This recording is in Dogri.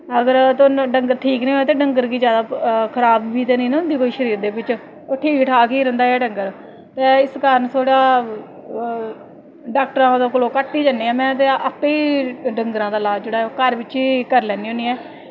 अगर डंगर ठीक नेईं होऐ ते डंगर गी जादा खराब बी ते नेईं ना होंदी कोई शरीर दे बिच ओह् ठीक ठाक ई रैहंदा ऐ डंगर ते इस कारण थोह्ड़ा डॉक्टरें कोल घट्ट ई जन्ने आं ते आपें ई डंगरें दा लाज जेह्ड़ा ओह् घर बिच ई करी लैन्नी होनी आं